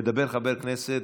מדבר חבר כנסת,